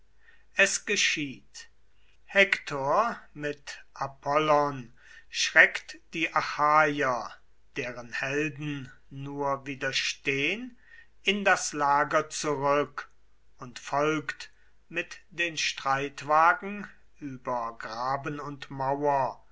es geschieht hektor mit apollon schreckt die achaier deren helden nur widerstehn in das lager zurück und folgt mit den streitwagen über graben und mauer